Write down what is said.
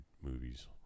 movies